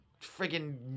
friggin